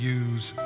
use